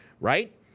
right